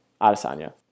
Adesanya